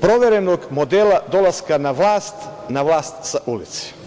proverenog modela dolaska na vlast, na vlast sa ulice.